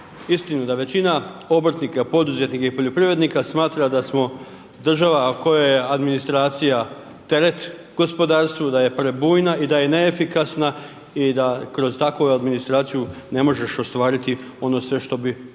istinu, da većina obrtnika, poduzetnika i poljoprivrednika smatra da smo država kojoj je administracija teret gospodarstvu, da je prebujna i da je neefikasna i da kroz takvu administraciju ne možeš ostvariti ono sve što bi mogao